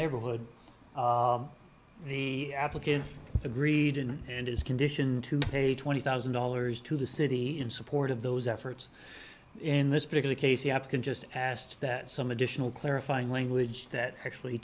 neighborhood the applicant agreed in and his condition to pay twenty thousand dollars to the city in support of those efforts in this particular case the op can just asked that some additional clarifying language that actually